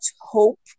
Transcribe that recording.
hope